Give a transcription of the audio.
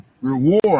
reward